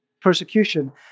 persecution